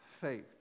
faith